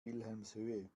wilhelmshöhe